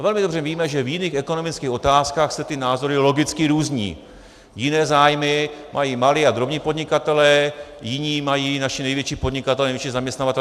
Velmi dobře víme, že v jiných ekonomických otázkách se ty názory logicky různí, jiné zájmy mají malí a drobní podnikatelé, jiné naši největší podnikatelé, největší zaměstnavatelé.